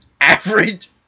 average